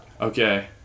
Okay